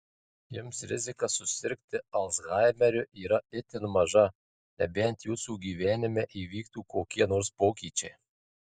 jums rizika susirgti alzhaimeriu yra itin maža nebent jūsų gyvenime įvyktų kokie nors pokyčiai